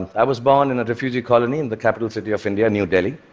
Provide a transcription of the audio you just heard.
i was born in a refugee colony in the capital city of india, new delhi.